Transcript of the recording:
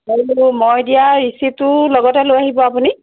মই বোলো মই দিয়া ৰিচিপটো লগতে লৈ আহিব আপুনি